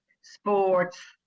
sports